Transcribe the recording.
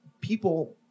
people